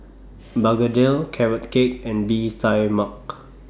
Begedil Carrot Cake and Bee Tai Mak